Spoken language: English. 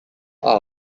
out